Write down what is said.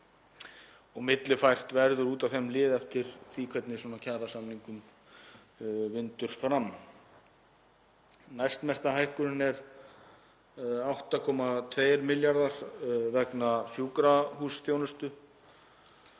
og millifært verður út af þeim lið eftir því hvernig kjarasamningum vindur fram. Næstmesta hækkunin er 8,2 milljarðar vegna sjúkrahúsþjónustu